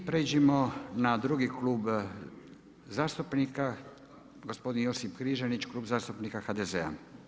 I pređimo na drugi klub zastupnika gospodin Josip Križanić, Klub zastupnika HDZ-a.